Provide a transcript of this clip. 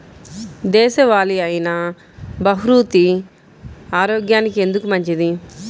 దేశవాలి అయినా బహ్రూతి ఆరోగ్యానికి ఎందుకు మంచిది?